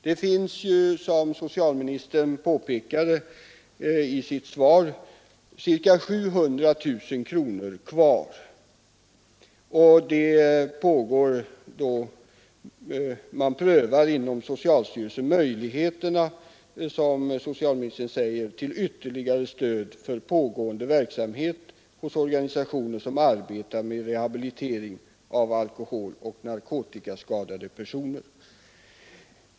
Det finns ju, som socialministern påpekade i sitt svar, ca 700 000 kronor kvar, och socialstyrelsen kommer att ”pröva möjligheterna till ytterligare stöd för pågående verksamhet hos organisationer som arbetar med rehabilitering av alkoholoch narkotikaskadade”.